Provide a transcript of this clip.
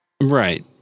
Right